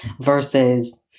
versus